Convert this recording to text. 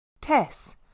Tess